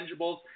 intangibles